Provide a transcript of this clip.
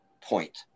point